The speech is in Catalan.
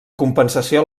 compensació